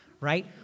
right